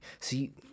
see